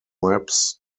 maps